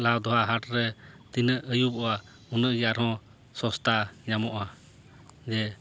ᱞᱟᱣᱫᱚᱦᱟ ᱦᱟᱴ ᱨᱮ ᱛᱤᱱᱟᱹᱜ ᱟᱭᱩᱵᱚᱜᱼᱟ ᱩᱱᱟᱹᱜ ᱜᱮ ᱟᱨ ᱦᱚᱸ ᱥᱚᱥᱛᱟ ᱧᱟᱢᱚᱜᱼᱟ ᱡᱮ